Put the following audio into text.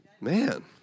Man